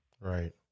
Right